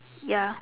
ya